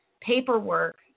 paperwork